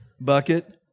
bucket